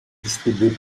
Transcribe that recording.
distribuée